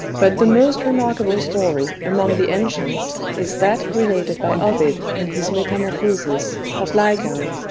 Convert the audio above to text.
but the most remarkable story among the ancients is that related by ovid in his metamorphoses, of lycaon,